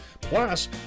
Plus